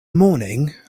morning